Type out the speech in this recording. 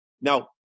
Now